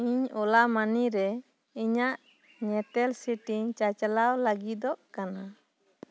ᱤᱧ ᱳᱞᱟᱢᱟᱱᱤ ᱨᱮ ᱤᱧᱟᱜ ᱧᱮᱛᱮᱞ ᱥᱤᱴᱤᱧ ᱪᱟᱪᱞᱟᱣ ᱞᱟᱹᱜᱤᱫᱚᱜ ᱠᱟᱱᱟ